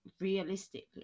realistically